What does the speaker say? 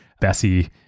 Bessie